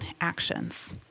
actions